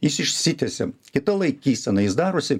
jis išsitiesia kita laikysena jis darosi